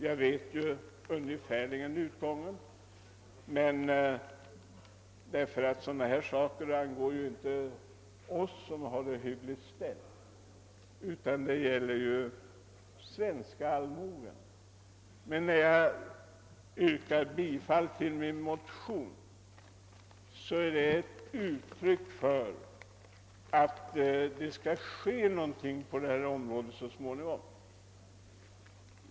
Jag vet ungefärligen vilken utgången blir — ty sådana här saker angår ju inte oss som har det hyggligt ställt, utan det gäller den svenska allmogen. Men när jag yrkar bifall till min motion är det ett uttryck för att jag vill att det skall ske någonting på detta område så småningom.